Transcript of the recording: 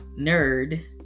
nerd